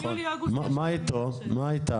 מה איתן?